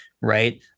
right